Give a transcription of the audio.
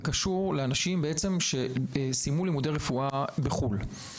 וזה קשור לאנשים שסיימו לימודי רפואה בחוץ לארץ.